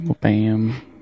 Bam